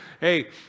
hey